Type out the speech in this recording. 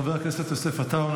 חבר הכנסת יוסף עטאונה,